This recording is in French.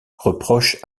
reproche